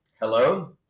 hello